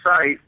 site